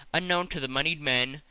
unknown to the moneyed men,